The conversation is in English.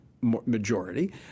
majority